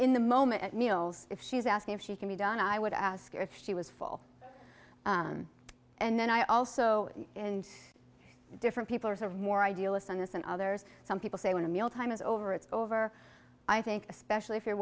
in the moment at meals if she's asking if she can be done i would ask her if she was full and then i also and different people are sort of more idealist on this and others some people say when the mealtime is over it's over i think especially if you're